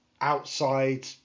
outside